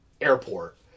airport